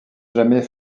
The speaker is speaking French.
jamais